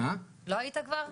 לא היית כבר?